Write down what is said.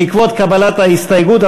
בעקבות קבלת ההסתייגות,